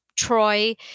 Troy